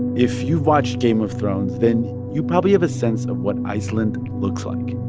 if you've watched game of thrones, then you probably have a sense of what iceland looks like